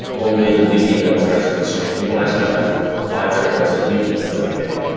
only the new emails are actually what's changed. you don't actually have five terabytes of new emails every day.